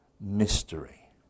mystery